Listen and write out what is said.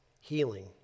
healing